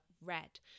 red